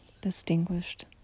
distinguished